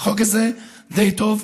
החוק הזה די טוב.